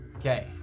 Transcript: Okay